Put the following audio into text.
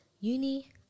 uni